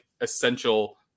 essential